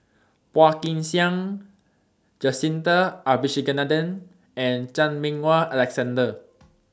Phua Kin Siang Jacintha Abisheganaden and Chan Meng Wah Alexander